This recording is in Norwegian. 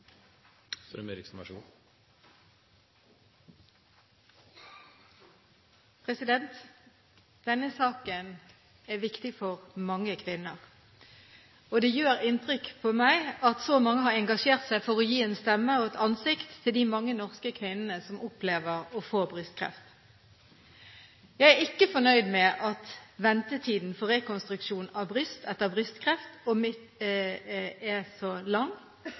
så mange har engasjert seg for å gi de mange norske kvinnene som opplever å få brystkreft, en stemme og et ansikt. Jeg er ikke fornøyd med at ventetiden for rekonstruksjon av bryst etter brystkreft er så lang,